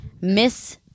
Miss